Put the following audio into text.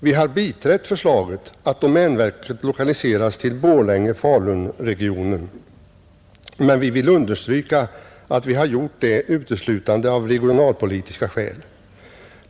Vi har biträtt förslaget att domänverket lokaliseras till Borlänge—Falun-regionen, men vi vill understryka att vi gjort det uteslutande av regionalpolitiska skäl.